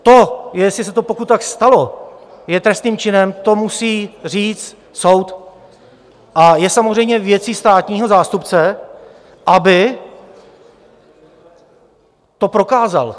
To, jestli se to, pokud tak stalo, je trestným činem, to musí říct soud a je samozřejmě věcí státního zástupce, aby to prokázal.